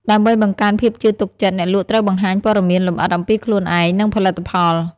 ដើម្បីបង្កើនភាពជឿទុកចិត្ត អ្នកលក់ត្រូវបង្ហាញព័ត៌មានលម្អិតអំពីខ្លួនឯង និងផលិតផល។